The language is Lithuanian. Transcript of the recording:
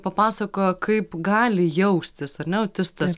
papasakojo kaip gali jaustis ar ne autistas